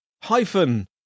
hyphen